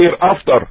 hereafter